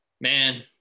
man